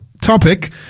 topic